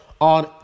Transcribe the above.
on